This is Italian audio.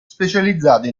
specializzato